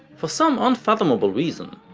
for some unfathomable reason,